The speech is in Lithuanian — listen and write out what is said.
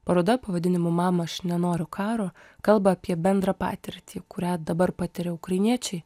paroda pavadinimu mama aš nenoriu karo kalba apie bendrą patirtį kurią dabar patiria ukrainiečiai